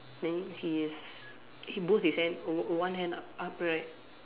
then he is he boast his hand one one hand up up right